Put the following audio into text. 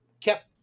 kept